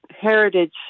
heritage